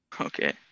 Okay